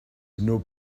nos